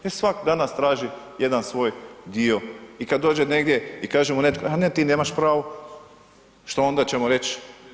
Jer svatko danas traži jedan svoj dio i kad dođe negdje i kaže mu netko a ne, ti nemaš pravo, što onda ćemo reći?